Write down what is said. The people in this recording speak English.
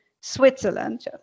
Switzerland